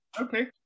Okay